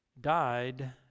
died